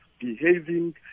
behaving